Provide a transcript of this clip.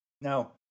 Now